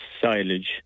silage